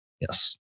Yes